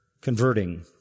converting